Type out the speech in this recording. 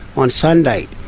on sunday.